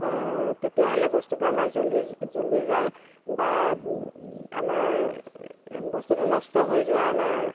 তেতিয়াহ'লে বস্তুটো আমাৰ জ্বলি জ্বলি যায় বা আমাৰ বস্তুটো নষ্ট হৈ যোৱাৰ আমাৰ